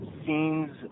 scenes